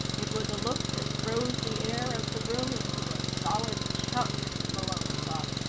it was a look that froze the air of the room into a solid chunk, malone thought,